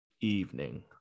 evening